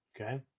Okay